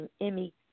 Emmy